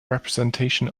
representation